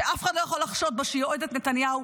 שאף אחד לא יכול לחשוד בה שהיא אוהדת נתניהו.